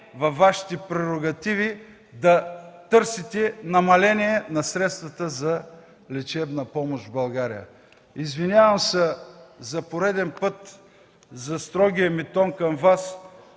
във Вашите прерогативи, да търсите намаление на средствата за лечебна помощ в България. Извинявам се, за пореден път, за строгия ми тон към Вас.